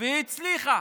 והיא הצליחה